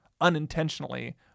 unintentionally